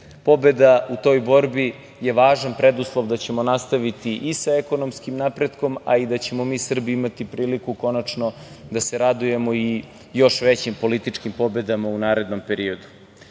pobeda u toj borbi je važan preduslov da ćemo nastaviti i sa ekonomskim napretkom, a i da ćemo mi Srbi imati priliku konačno da se radujemo i još većim političkim pobedama u narednom periodu. Srpska